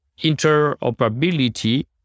interoperability